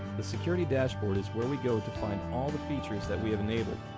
the security dashboard is where we go to find all the features that we have enabled.